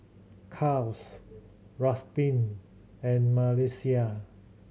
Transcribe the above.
Kaels Rustin and Melissia